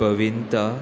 कविता